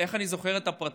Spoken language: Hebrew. איך אני זוכר את הפרטים?